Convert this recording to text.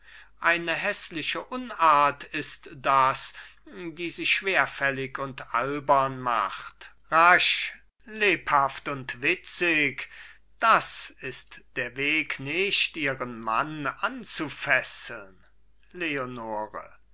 eine häßliche unart ist das die sie schwerfällig und albern macht rasch lebhaft und witzig das ist der weg nicht ihren mann anzufesseln leonore